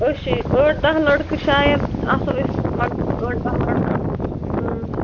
أسۍ چھِ ٲٹھ دَہ لڑکہٕ شاید آسو أسۍ لگ ٲٹھ دَہ لڑکہٕ